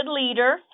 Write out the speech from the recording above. leader